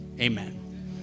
amen